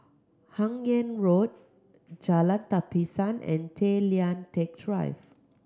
Hun Yeang Road Jalan Tapisan and Tay Lian Teck Drive